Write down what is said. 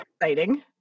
exciting